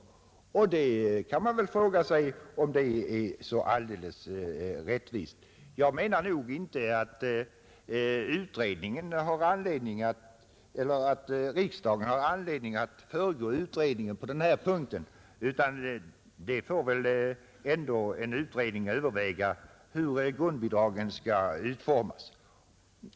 Man kan väl fråga sig om det är så alldeles rättvist. Jag menar nog att riksdagen inte har anledning att föregripa utredningen på denna punkt, utan en utredning får väl ändå överväga hur bidraget skall utformas.